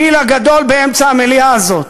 הפיל הגדול באמצע המליאה הזאת.